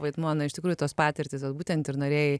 vaidmuo na iš tikrųjų tos patirtys jos būtent ir norėjai